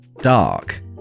dark